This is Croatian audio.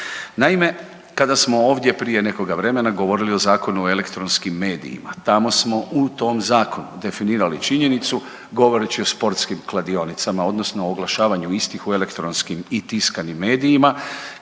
Naime, kada smo ovdje prije nekoga vremena govorili o Zakonu o elektronskim medijima, tamo smo u tom zakonu definirali činjenicu govoreći o sportskim kladionicama odnosno oglašavanju istih u elektronskim i tiskanim medijima